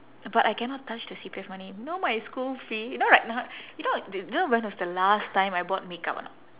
but I cannot touch the C_P_F money you know my school fee you know right now you know the you know when was the last time I bought makeup or not